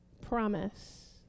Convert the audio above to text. promise